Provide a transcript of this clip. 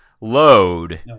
load